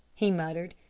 he muttered.